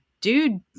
Dude